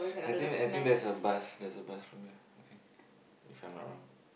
I think I think there's a bus there's a bus from here I think if I'm not wrong